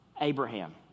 Abraham